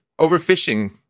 overfishing